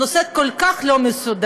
הנושא כל כך לא מסודר,